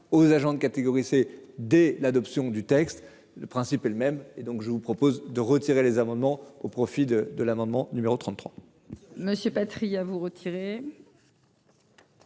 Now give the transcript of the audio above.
aux agents de catégorie C dès l'adoption du texte. Le principe est le même et donc je vous propose de retirer les amendements au profit de de l'amendement numéro 33.